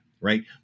right